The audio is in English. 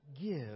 give